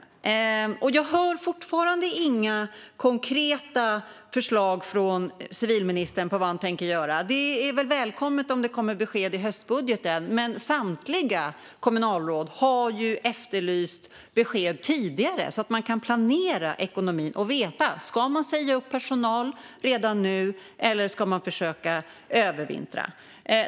Hur som helst hör jag fortfarande inget konkret från civilministern om vad han tänker göra. Det är välkommet med besked i höstbudgeten, men samtliga kommunalråd har efterlyst besked tidigare så att de kan planera ekonomin och veta om de ska säga upp personal redan nu eller försöka övervintra.